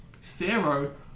Pharaoh